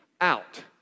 out